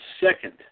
second